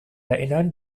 erinnern